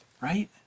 right